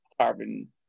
carbon